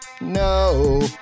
No